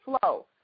flow